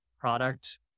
product